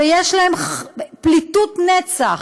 ויש להם פליטות נצח,